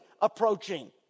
approaching